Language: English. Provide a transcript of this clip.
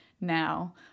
now